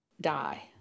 die